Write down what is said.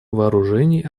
вооружений